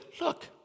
Look